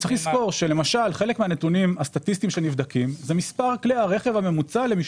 חלק מהנתונים הסטטיסטיים שנבדקים הם מספר כלי הרכב הממוצע למשפחה.